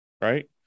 right